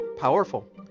powerful